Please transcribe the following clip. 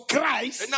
Christ